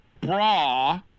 bra